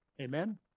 Amen